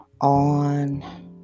on